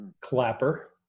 Clapper